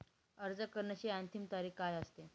अर्ज करण्याची अंतिम तारीख काय असते?